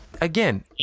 again